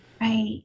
Right